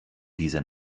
dieser